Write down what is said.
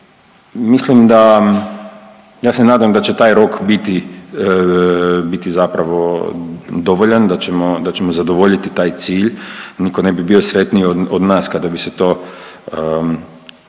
Mislim da, ja se nadam da će taj rok biti, biti zapravo dovoljan, da ćemo, da ćemo zadovoljiti taj cilj, niko ne bi bio sretniji od nas kada bi se to, to